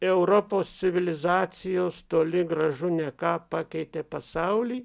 europos civilizacijos toli gražu ne ką pakeitė pasaulį